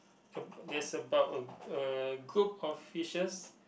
a there's about a a group of fishes